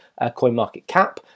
CoinMarketCap